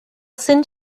send